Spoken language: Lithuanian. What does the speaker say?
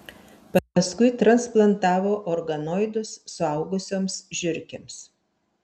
paskui transplantavo organoidus suaugusioms žiurkėms